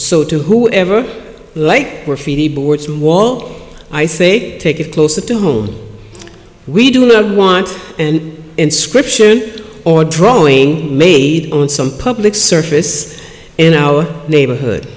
so to whoever like where feeble words from walt i say take it closer to home we do not want an inscription or drawing made on some public surface in our neighborhood